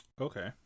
Okay